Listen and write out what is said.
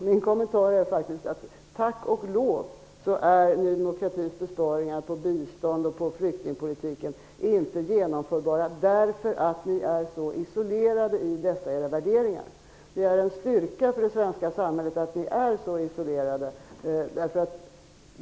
Fru talman! Min kommentar är: Tack och lov är Ny demokratis förslag till besparingar i biståndet och i flyktingpolitiken inte genomförbara, eftersom ni står så isolerade med era värderingar. Det är en styrka för det svenska samhället att ni är så isolerade.